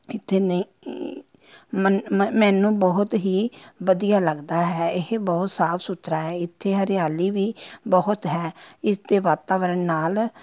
ਇੱਥੇ ਨੇ ਮਨ ਮ ਮੈਨੂੰ ਬਹੁਤ ਹੀ ਵਧੀਆ ਲੱਗਦਾ ਹੈ ਇਹ ਬਹੁਤ ਸਾਫ ਸੁਥਰਾ ਹੈ ਇੱਥੇ ਹਰਿਆਲੀ ਵੀ ਬਹੁਤ ਹੈ ਇਸਦੇ ਵਾਤਾਵਰਨ ਨਾਲ